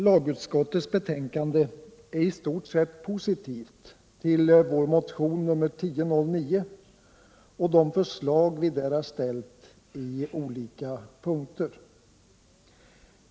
Lagutskottets betänkande är i stort sett positivt till vår motion 1009 och de förslag som vi där lagt fram i olika punkter.